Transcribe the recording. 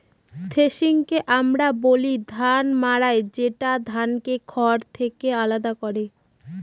থ্রেশিংকে আমরা বলি ধান মাড়াই যেটা ধানকে খড় থেকে আলাদা করে